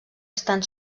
estan